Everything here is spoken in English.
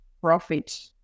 profit